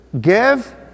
give